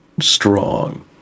strong